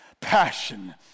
passion